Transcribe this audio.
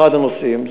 אחד הנושאים.